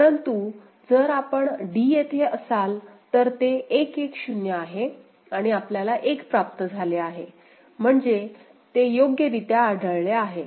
परंतु जर आपण d येथे असाल तर ते 1 1 0 आहे आणि आपल्याला 1 प्राप्त झाले आहे म्हणजे ते योग्यरित्या आढळले आहे